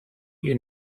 you